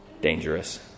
Dangerous